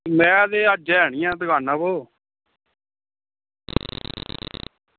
में ते अज्ज ऐ निं ऐ दकानै उप्पर